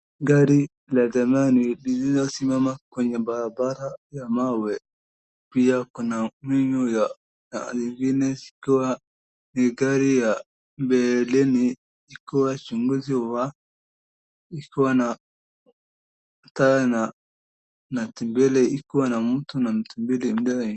Gari la zamani lililosimama kwenye barabara ya mawe, pia kuna mbinu zingine zikiwa ni gari ya mbeleni ikiwa uchunguzi wa ikiwa na taa na mtu mbili ikiwa na mtu na mtu mbili mbele.